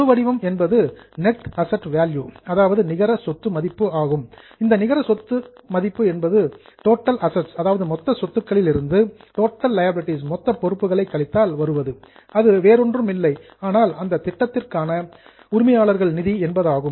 முழு வடிவம் என்பது நெட் அசட் வேல்யூ நிகர சொத்து மதிப்பு ஆகும் இந்த நிகர சொத்து என்பது டோட்டல் அசட்ஸ் மொத்த சொத்துக்களில் இருந்து டோட்டல் லியாபிலிடீஸ் மொத்த பொறுப்புகளை கழித்தால் வருவது அது வேறொன்றும் இல்லை ஆனால் அந்த திட்டத்திற்கான ஓனர்ஸ் ஃபண்ட் உரிமையாளர்கள் நிதி என்பதாகும்